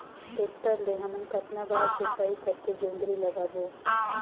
Tractor ले हमन कतना बार जोताई करेके जोंदरी लगाबो?